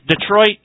Detroit